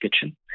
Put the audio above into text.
kitchen